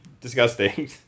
disgusting